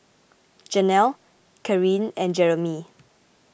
Jenelle Karyn and Jeremey